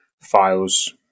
files